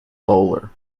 bowler